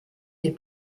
des